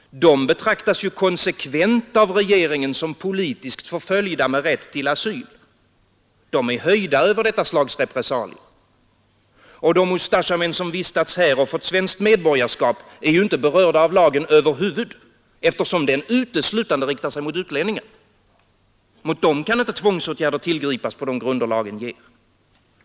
De betraktas ju konsekvent av regeringen som politiskt förföljda med rätt till asyl. De är höjda över detta slags repressalier. Och de Ustasjamän som vistats här och fått svenskt medborgarskap är ju inte berörda av lagen över huvud, eftersom den uteslutande riktar sig mot utlänningar. Mot dem kan inte tvångsåtgärder tillgripas på de grunder lagen ger.